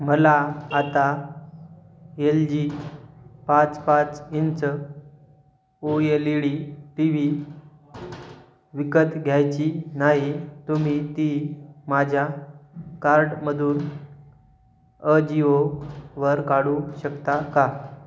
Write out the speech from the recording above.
मला आता L G पाच पाच inch O L E D T V विकत घ्यायची नाही तुम्ही ती माझ्या कार्टमधून अजिओ वर काढू शकता का